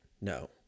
No